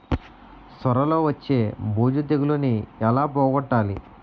సొర లో వచ్చే బూజు తెగులని ఏల పోగొట్టాలి?